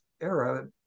era